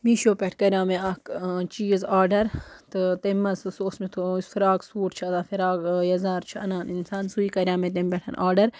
میٖشو پٮ۪ٹھ کَریو مےٚ اَکھ چیٖز آرڈَر تہٕ تٔمۍ منٛز سُہ سُہ اوس مےٚ تھو یُس فراک سوٗٹ چھِ فراک یَزار چھُ اَنان اِنسان سُے کریٛاو مےٚ تَمہِ پٮ۪ٹھ آرڈَر